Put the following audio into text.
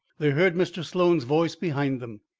they heard mr. sloan's voice behind them.